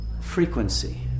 frequency